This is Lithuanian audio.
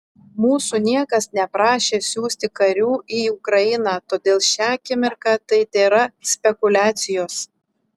mūsų niekas neprašė siųsti karių į ukrainą todėl šią akimirką tai tėra spekuliacijos